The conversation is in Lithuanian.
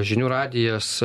žinių radijas